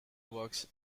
works